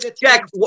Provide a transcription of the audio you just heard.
Jack